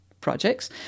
projects